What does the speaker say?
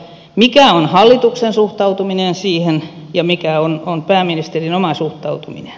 mikä on hallituksen suhtautuminen siihen ja mikä on pääministerin oma suhtautuminen